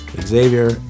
xavier